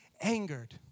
angered